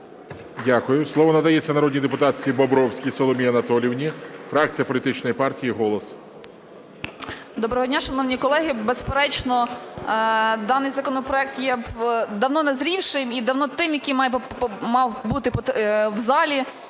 Дякую. Слово надається народній депутатці Бобровській Соломії Анатоліївні, фракція політичної партії "Голос". 13:20:04 БОБРОВСЬКА С.А. Доброго дня, шановні колеги. Безперечно, даний законопроект є давно назрівшим і давно тим, який мав бути в залі